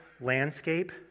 landscape